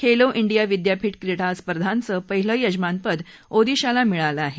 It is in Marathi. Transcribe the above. खेलो डिया विद्यापीठ क्रीडा स्पर्धांचं पाहिलं यजमानपद ओदिशाला मिळालं आहे